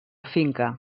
finca